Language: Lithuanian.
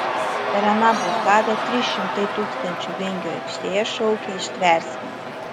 per aną blokadą trys šimtai tūkstančių vingio aikštėje šaukė ištversime